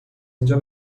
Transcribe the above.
اینجا